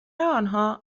آنها